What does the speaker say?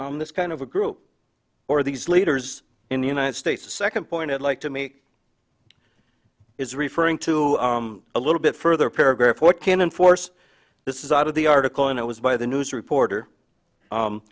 e this kind of a group or these leaders in the united states the second point i'd like to make is referring to a little bit further paragraph or can't enforce this is out of the article and it was by the news reporter